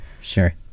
sure